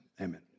amen